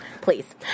Please